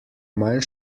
manj